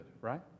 right